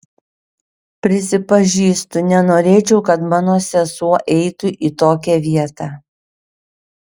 prisipažįstu nenorėčiau kad mano sesuo eitų į tokią vietą